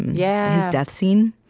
yeah his death scene,